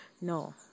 No